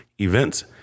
events